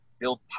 build